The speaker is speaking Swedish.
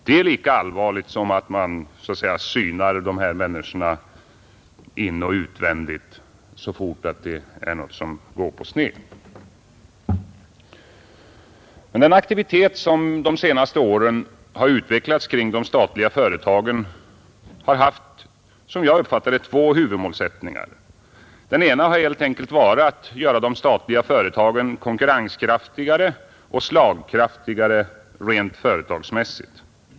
Det är lika allvarligt som att man så att säga synar de här människorna inoch utvändigt så fort något går på sned. Den aktivitet som de senaste åren har utvecklats kring de statliga företagen har haft — som jag uppfattar det — två huvudmålsättningar. Den ena har varit att göra de statliga företagen konkurrenskraftigare och slagkraftigare rent företagsmässigt.